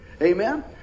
Amen